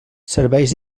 serveis